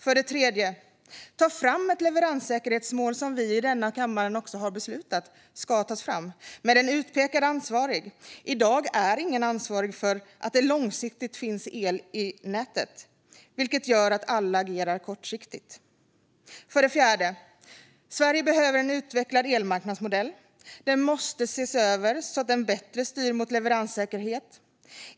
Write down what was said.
För det tredje: Ta fram ett leveranssäkerhetsmål med en utpekad ansvarig, vilket vi i denna kammare också har beslutat ska tas fram. I dag är ingen ansvarig för att det långsiktigt finns el i nätet, vilket gör att alla agerar kortsiktigt. För det fjärde: Sverige behöver en utvecklad elmarknadsmodell. Den måste ses över så att den bättre styr mot leveranssäkerhet.